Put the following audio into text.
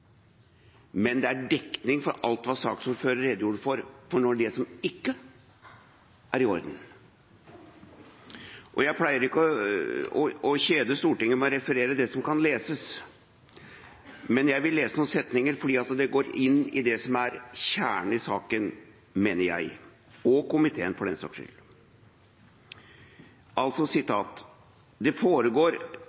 Men det er dekning for alt som saksordføreren redegjorde for av det som ikke er i orden. Jeg pleier ikke å kjede Stortinget med å referere det som kan leses, men jeg vil lese noen setninger fordi det går inn i det som er kjernen i saken, mener jeg, og komiteen for den saks skyld: